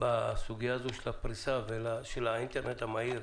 בסוגיית הפריסה של פס האינטרנט המהיר?